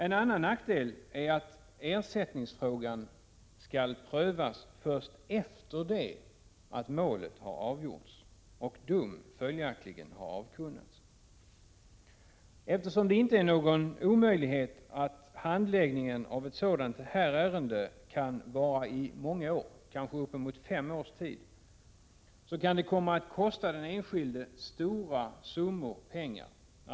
En annan nackdel är att ersättningsfrågorna skall prövas först efter det att målet har avgjorts och dom följaktligen har avkunnats. Eftersom det inte är någon omöjlighet att handläggningen av ett sådant här ärende varar i uppemot fem år kan det komma att kosta den enskilde stora summor pengar.